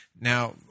Now